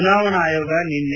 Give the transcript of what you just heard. ಚುನಾವಣಾ ಆಯೋಗ ನಿನ್ನೆ